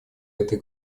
этой